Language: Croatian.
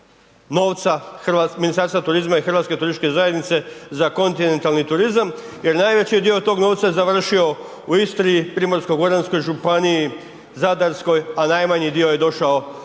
novca Ministarstva turizma i Hrvatske turističke zajednice za kontinentalni turizam jer najveći dio tog novca je završio u Istri, Primorsko-goranskoj županiji, Zadarskoj, a najmanji dio je došao u Slavoniju,